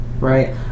right